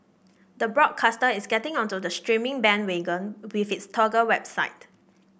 the broadcaster is getting onto the streaming bandwagon with its Toggle website